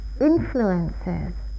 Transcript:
influences